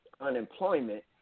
unemployment